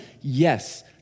yes